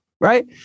right